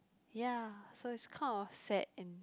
ya so is kind of sad and